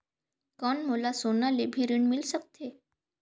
कौन मोला सोना ले भी ऋण मिल सकथे?